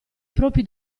propri